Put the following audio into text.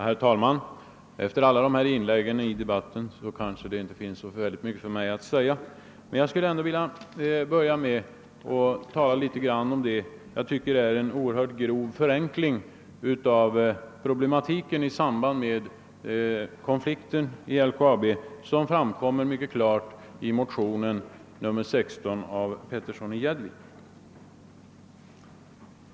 Herr talman! Efter alla inlägg som gjorts i denna debatt finns det kanske inte mycket att tillägga, men jag vill ändå litet beröra vad jag tycker är en oerhört grov förenkling av problematiken i samband med konflikten vid LKAB och som gjorts i de likalydande motionerna I:15 och II:16, den senare väckt av herr Petersson i Gäddvik.